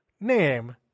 name